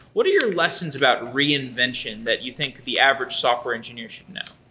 what are your lessons about reinvention that you think the average software engineer should know?